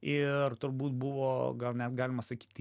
ir turbūt buvo gal net galima sakyti